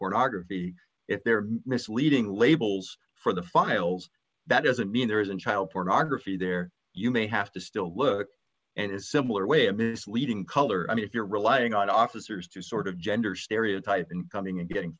pornography if they're misleading labels for the files that doesn't mean there isn't child pornography there you may have to still look and a similar way a misleading color i mean if you're relying on officers to sort of gender stereotype in coming and getting